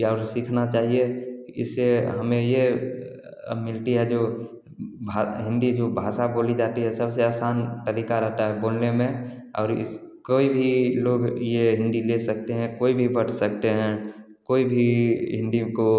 या और सीखना चाहिए इससे हमें यह मिलती है जो भा हिन्दी जो भाषा बोली जाती है सबसे आसान तरीका रहता है बोलने में और इस कोई भी लोग यह हिन्दी ले सकते हैं कोई भी पढ़ सकते हैं कोई भी हिन्दी को